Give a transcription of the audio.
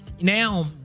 now